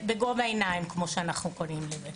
בגובה העיניים כמו שאנחנו קוראים לזה.